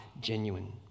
genuine